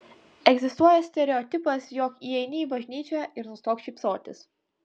egzistuoja stereotipas jog įeini bažnyčią ir nustok šypsotis